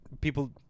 people